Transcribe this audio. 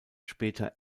später